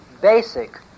basic